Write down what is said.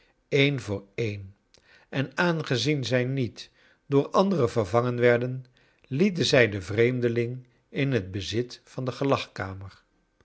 een voor een en aangezien zij niet door andere vervangen werden lieten zij den vreemdeling in het bezit van de